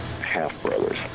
half-brothers